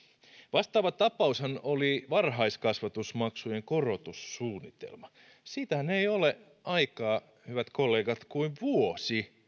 vastaava tapaushan oli varhaiskasvatusmaksujen korotussuunnitelma siitähän ei ole aikaa hyvät kollegat kuin vuosi